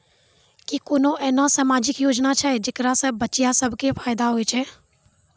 कि कोनो एहनो समाजिक योजना छै जेकरा से बचिया सभ के फायदा होय छै?